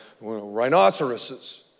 Rhinoceroses